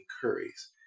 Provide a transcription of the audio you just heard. curries